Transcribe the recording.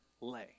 lay